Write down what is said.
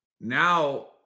now